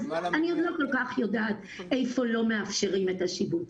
אז אני עוד לא כל כך יודעת איפה לא מאפשרים את השיבוץ.